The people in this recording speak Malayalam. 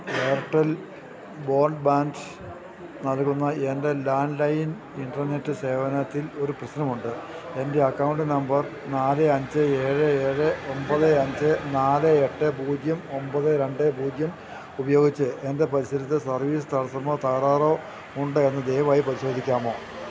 എയർടെൽ ബോഡ് ബാൻഡ് നൽകുന്ന എൻ്റെ ലാൻറ്റ് ലൈൻ ഇൻ്റെർനെറ്റ് സേവനത്തിൽ ഒരു പ്രശ്നമുണ്ട് എൻ്റെ അക്കൗണ്ട് നമ്പർ നാല് അഞ്ച് ഏഴ് ഏഴ് ഒൻപത് അഞ്ച് നാല് എട്ട് പൂജ്യം ഒൻപത് രണ്ട് പൂജ്യം ഉപയോഗിച്ച് എൻ്റെ പരിസരത്ത് സർവീസ് തടസ്സമോ തകരാറോ ഉണ്ടോ എന്ന് ദയവായി പരിശോധിക്കാമോ